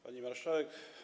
Pani Marszałek!